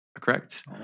correct